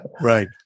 Right